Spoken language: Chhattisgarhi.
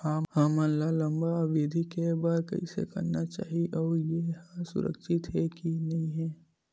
हमन ला लंबा अवधि के बर कइसे करना चाही अउ ये हा सुरक्षित हे के नई हे?